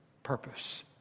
Purpose